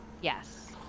Yes